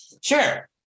sure